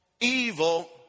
evil